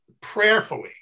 prayerfully